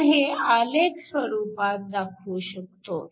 आपण हे आलेख रूपात दाखवू शकतो